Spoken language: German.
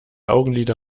augenlider